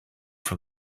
from